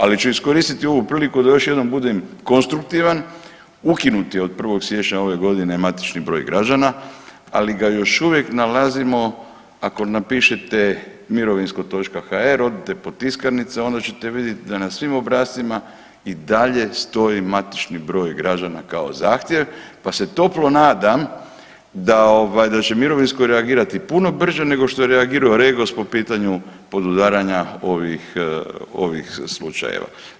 Ali ću iskoristiti ovu priliku da još jednom budem konstruktivan, ukinuti od 1. siječnja ove godine matični broj građana, ali ga još uvijek nalazimo ako napišete mirovinsko.hr odite pod tiskanice, onda ćete vidjet da na svim obrascima i dalje stoji matični broj građana kao zahtjev, pa se toplo nadam da ovaj da će mirovinsko reagirati puno brže nego što je reagirao Regos po pitanju podudaranja ovih, ovih slučajeva.